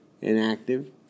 inactive